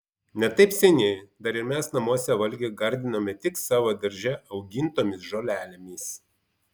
ne taip seniai dar ir mes namuose valgį gardinome tik savo darže augintomis žolelėmis